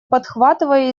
подхватывая